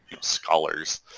scholars